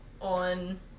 on